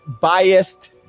biased